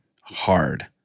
hard